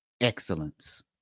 excellence